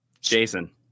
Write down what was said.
Jason